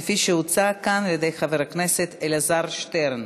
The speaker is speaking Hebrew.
כפי שהוצעה כאן על-ידי חבר הכנסת אלעזר שטרן.